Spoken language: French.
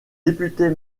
députés